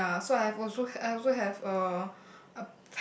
ya so I have also I also have a